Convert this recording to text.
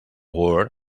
word